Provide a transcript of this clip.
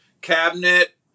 cabinet